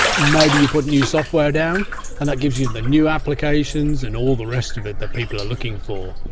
maybe you put in new software down and that gives you the new applications and all the rest of it that people are looking for.